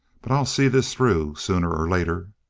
but i'll see this through sooner or later!